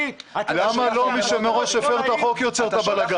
למה לא מי שמראש הפר את החוק יוצר את הבלגן?